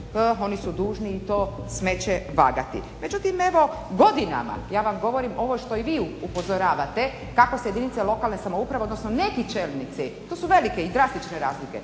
oni su dužni to smeće vagati. Međutim, evo godinama, ja vam govorim ovo što i vi upozoravate kako se jedinice lokalne samouprave odnosno neki čelnici, to su velike i drastične razlike,